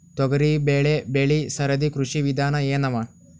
ತೊಗರಿಬೇಳೆ ಬೆಳಿ ಸರದಿ ಕೃಷಿ ವಿಧಾನ ಎನವ?